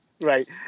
Right